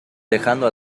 dejando